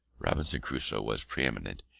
robinson crusoe was pre-eminent,